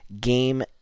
game